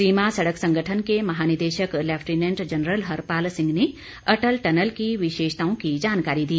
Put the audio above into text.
सीमा सड़क संगठन के महानिदेशक लैफ्टिनेंट जनरल हरपाल सिंह ने अटल टनल की विशेषताओं की जानकारी दी